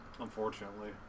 Unfortunately